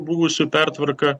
buvusių pertvarka